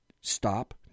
stop